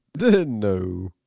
No